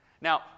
Now